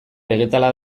begetala